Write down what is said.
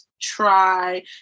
try